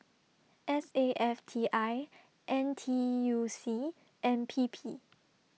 S A F T I N T U C and P P